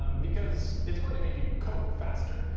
um because it's going to make you code faster.